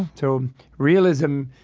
so realism,